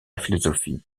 philosophie